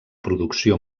producció